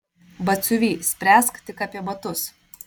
batsiuvy spręsk tik apie batus